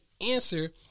answer